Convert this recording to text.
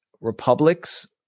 republics